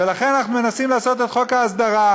ולכן אנחנו מנסים לעשות את חוק ההסדרה.